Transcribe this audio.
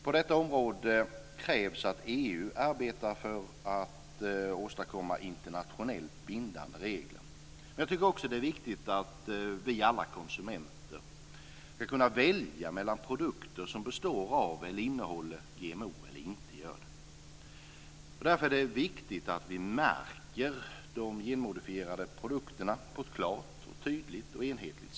På detta område krävs det att EU arbetar för att åstadkomma internationellt bindande regler. Det är också viktigt att alla vi konsumenter kan välja mellan produkter som består av, innehåller, GMO eller inte gör det. Därför är det viktigt att vi märker genmodifierade produkter klart, tydligt och enhetligt.